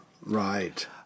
Right